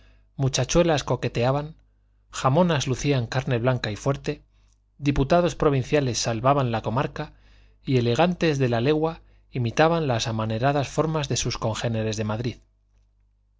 real muchachuelas coqueteaban jamonas lucían carne blanca y fuerte diputados provinciales salvaban la comarca y elegantes de la legua imitaban las amaneradas formas de sus congéneres de madrid la